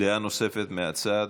דעה נוספת מהצד.